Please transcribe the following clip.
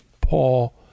Paul